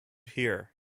here